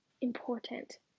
important